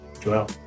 Joel